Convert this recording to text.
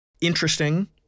Interesting